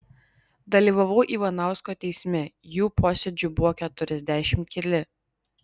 dalyvavau ivanausko teisme jų posėdžių buvo keturiasdešimt keli